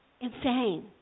insane